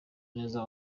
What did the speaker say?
neza